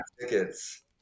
tickets